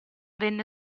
venne